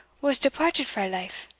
was departed frae life?